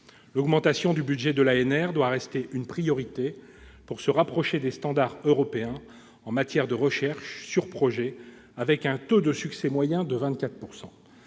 L'augmentation de son budget doit rester une priorité pour se rapprocher des standards européens en matière de recherche sur projets, avec un taux de succès moyen de 24 %.